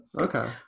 Okay